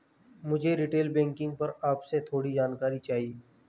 मुझे retail banking पर आपसे थोड़ी जानकारी चाहिए